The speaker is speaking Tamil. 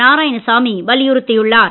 நாராயணசாமி வலியுறுத்தியுள்ளார்